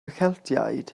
celtiaid